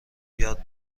یاد